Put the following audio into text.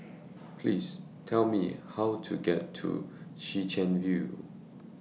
Please Tell Me How to get to Chwee Chian View